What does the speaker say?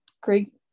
great